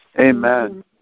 Amen